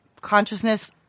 consciousness